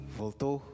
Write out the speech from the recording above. voltou